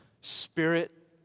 spirit